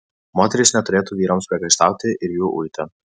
moterys neturėtų vyrams priekaištauti ir jų uiti